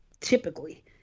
typically